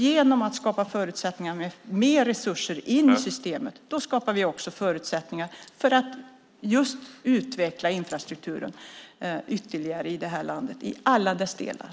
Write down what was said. Genom att skapa förutsättningar med mer resurser in i systemet skapar vi också förutsättningar för att just utveckla infrastrukturen ytterligare i det här landet i alla dess delar.